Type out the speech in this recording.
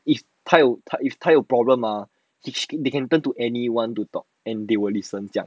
if 他有他有他有 problem or they can turn to any one to talk and they will listen 这样